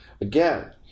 Again